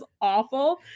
awful